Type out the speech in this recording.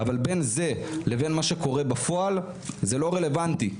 אבל בין זה לבין מה שקורה בפועל זה לא רלוונטי.